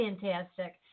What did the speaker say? fantastic